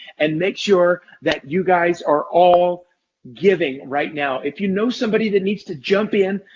and make sure that you guys are all giving right now. if you know somebody that needs to jump in,